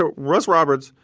ah russ roberts,